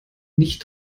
nicht